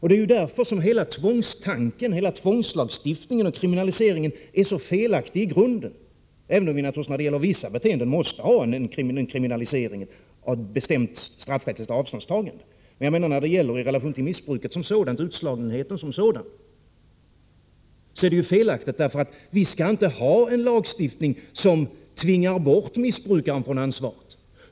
Det är därför som hela tvångstanken — hela tvångslagstiftningen och kriminaliseringen — i grunden är så felaktig, även om vi naturligtvis när det gäller vissa beteenden måste ha en kriminalisering och ett bestämt straffrätts ligt avståndstagande. Men i relation till missbruket som sådant, utslagningen som sådan, är det ju felaktigt att göra på detta sätt, för vi skall inte ha en lagstiftning som tvingar bort missbrukaren från ansvaret.